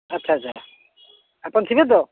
ଆଚ୍ଛା ଆଚ୍ଛା ଆପଣ ଥିବେ ତ